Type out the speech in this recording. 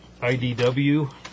IDW